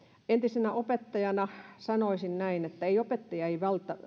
entisenä opettajana sanoisin näin että ei opettajia